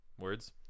words